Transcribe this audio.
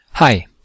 Hi